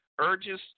urges